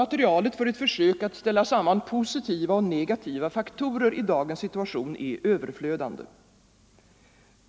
Materialet för ett försök att ställa samman positiva och negativa faktorer i dagens situation är överflödande.